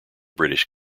british